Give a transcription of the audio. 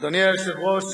אדוני היושב-ראש,